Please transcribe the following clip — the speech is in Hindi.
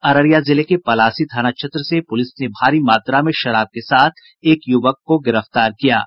अररिया जिले के पलासी थाना क्षेत्र से पुलिस ने भारी मात्रा में शराब के साथ एक युवक को गिरफ्तार किया है